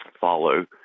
follow